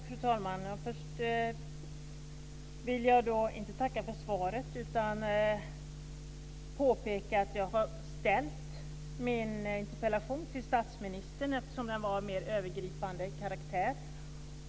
Fru talman! Först vill jag inte tacka för svaret, utan påpeka att jag har ställt min interpellation till statsministern eftersom den är av mer övergripande karaktär.